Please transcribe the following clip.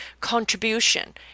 contribution